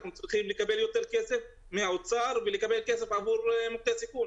אנחנו צריכים לקבל יותר כסף מהאוצר ולקבל כסף עבור מוקדי סיכון.